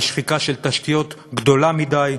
משחיקה של תשתיות גדולה מדי,